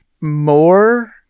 more